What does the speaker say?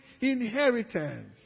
inheritance